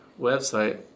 website